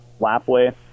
Lapway